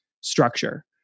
structure